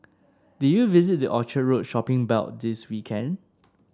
did you visit the Orchard Road shopping belt this weekend